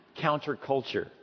counterculture